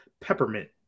peppermint